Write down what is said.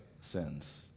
sins